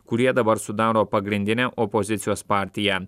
kurie dabar sudaro pagrindinę opozicijos partiją